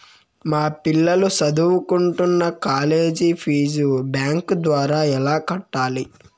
మా పిల్లలు సదువుకుంటున్న కాలేజీ ఫీజు బ్యాంకు ద్వారా ఎలా కట్టాలి?